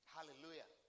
Hallelujah